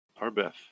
Arbeth